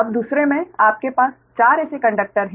अब दूसरे मे आपके पास 4 ऐसे कंडक्टर हैं